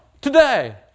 Today